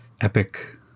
epic